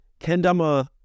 Kendama